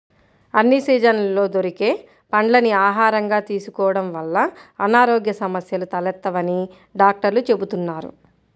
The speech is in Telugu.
అన్ని సీజన్లలో దొరికే పండ్లని ఆహారంగా తీసుకోడం వల్ల అనారోగ్య సమస్యలు తలెత్తవని డాక్టర్లు చెబుతున్నారు